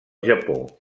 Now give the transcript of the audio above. japó